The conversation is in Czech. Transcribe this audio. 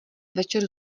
večer